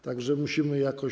Tak że musimy jakoś.